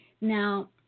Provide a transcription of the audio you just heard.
Now